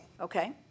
Okay